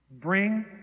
bring